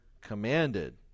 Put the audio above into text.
commanded